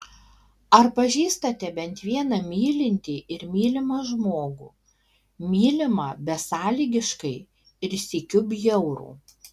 ar pažįstate bent vieną mylintį ir mylimą žmogų mylimą besąlygiškai ir sykiu bjaurų